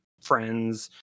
friends